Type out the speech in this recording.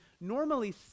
normally